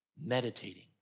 meditating